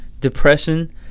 depression